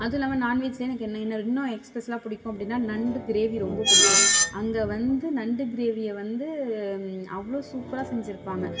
அது இல்லாமல் நான் வெஜ்ஜிலே எனக்கு என்னென்ன இன்னும் எஸ்பெஷலாக பிடிக்கும் அப்படினா நண்டு கிரேவி ரொம்பப் பிடிக்கும் அங்கே வந்து நண்டு கிரேவியை வந்து அவ்வளோ சூப்பராக செஞ்சுருப்பாங்க